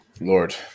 Lord